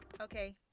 Okay